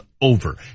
over